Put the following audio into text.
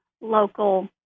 local